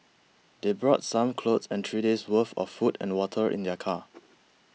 they brought some clothes and three days' worth of food and water in their car